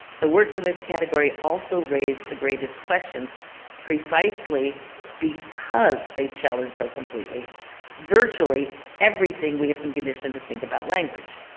the works in this category also raise the greatest questions precisely because they challenge so completely virtually everything we have been conditioned to think about language.